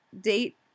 date